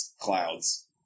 clouds